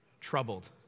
Troubled